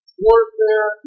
warfare